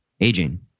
aging